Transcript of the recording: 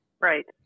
Right